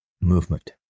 movement